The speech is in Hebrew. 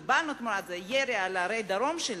תמורת זה קיבלנו ירי על ערי הדרום שלנו.